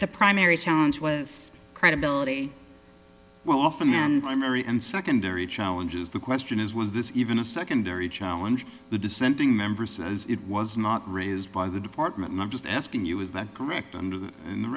the primary challenge was credibility well often and primary and secondary challenges the question is was this even a secondary challenge the dissenting member says it was not raised by the department and i'm just asking you is that correct und